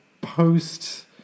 post